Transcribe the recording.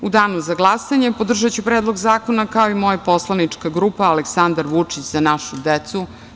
U danu za glasanje podržaću Predlog zakona, kao i moja poslanička grupa Aleksandar Vučić - Za našu decu.